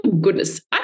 Goodness